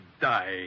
die